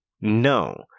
No